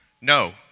No